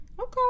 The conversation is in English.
Okay